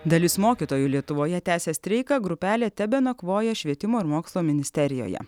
dalis mokytojų lietuvoje tęsia streiką grupelė tebenakvoja švietimo ir mokslo ministerijoje